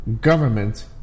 government